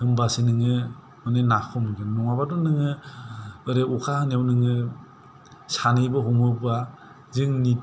होनब्लासो नोङो माने नाखौ हमगोन नङाबाथ' नोङो ओरै अखा हानायाव नोङो सानैबो हमोबा जोंनि